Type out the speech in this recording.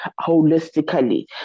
holistically